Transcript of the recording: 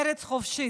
ארץ חופשית,